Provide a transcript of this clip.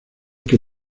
que